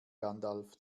gandalf